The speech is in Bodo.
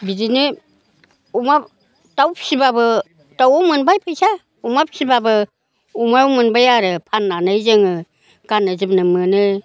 बिदिनो अमा दाव फिसिबाबो दावआव मोनबाय फैसा अमा फिसिबाबो अमायाव मोनबाय आरो फाननानै जोङो गाननो जोमनाय मोनो